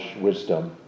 wisdom